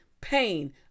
pain